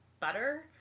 butter